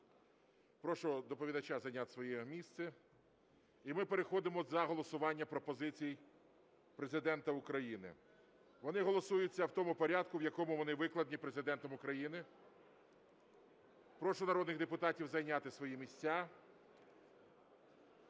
прошу доповідача зайняти своє місце. І ми переходимо за голосування пропозицій Президента України. Вони голосуються в тому порядку, в якому вони викладені Президентом України. Прошу народних депутатів зайняти свої місця.